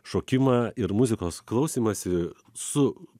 šokimą ir muzikos klausymąsi su